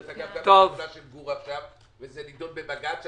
דרך אגב --- וזה נידון בבג"ץ.